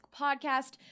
podcast